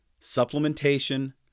supplementation